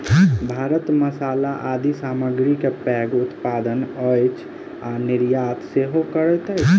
भारत मसाला आदि सामग्री के पैघ उत्पादक अछि आ निर्यात सेहो करैत अछि